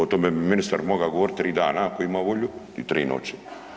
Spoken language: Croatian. O tome bi ministar mogao govoriti 3 dana ako ima volju i 3 noći.